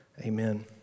Amen